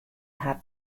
har